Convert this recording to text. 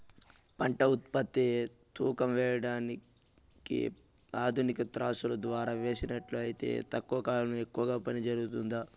పంట ఉత్పత్తులు తూకం వేయడానికి ఆధునిక త్రాసులో ద్వారా వేసినట్లు అయితే తక్కువ కాలంలో ఎక్కువగా పని జరుగుతుందా?